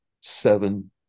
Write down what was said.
seven